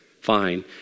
Fine